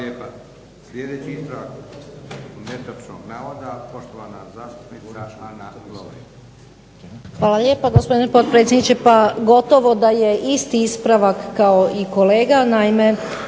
Hvala lijepa. Sljedeći ispravak netočnog navoda poštovana zastupnica Ana Lovrin.